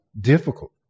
difficult